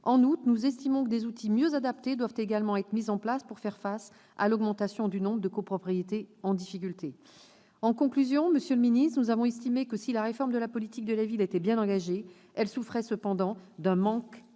En outre, nous estimons que des outils mieux adaptés doivent également être mis en place pour faire face à l'augmentation du nombre de copropriétés en difficulté. En conclusion, monsieur le ministre, nous avons estimé que si la réforme de la politique de la ville était bien engagée, elle souffrait cependant d'un manque de